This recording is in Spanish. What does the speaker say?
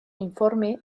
informe